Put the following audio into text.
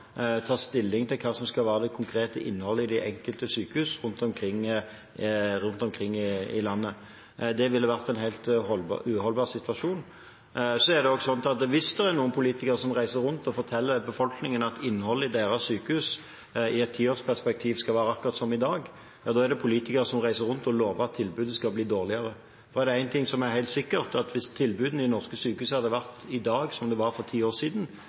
ta stilling til hva som skal være det konkrete innholdet i de enkelte sykehus rundt omkring i landet. Det ville vært en helt uholdbar situasjon. Så er det også slik at hvis det er noen politikere som reiser rundt og forteller befolkningen at innholdet i deres sykehus i et tiårsperspektiv skal være akkurat som i dag – ja da er det politikere som reiser rundt og lover at tilbudet skal bli dårligere. For det er én ting som er helt sikkert, og det er at hvis tilbudet i norske sykehus i dag hadde vært som det var for ti år siden,